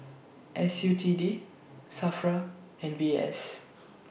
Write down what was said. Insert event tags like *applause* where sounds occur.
S U T D SAFRA and V S *noise*